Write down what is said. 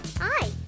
Hi